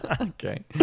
Okay